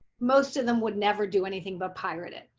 most of them would never do anything but pirated,